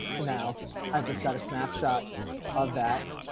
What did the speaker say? and now i've just got a snapshot of that